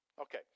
Okay